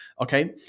Okay